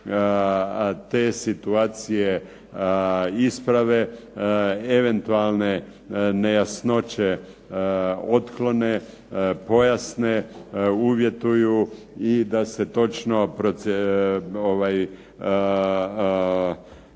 te situacije isprave. Eventualne nejasnoće otklone, pojasne, uvjetuju i da se točno